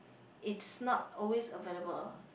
it's not always available